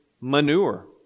manure